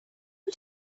who